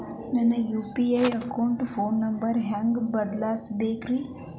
ನನ್ನ ಯು.ಪಿ.ಐ ಅಕೌಂಟಿನ phone number ಹೆಂಗ್ ಬದಲಾಯಿಸ ಬೇಕ್ರಿ?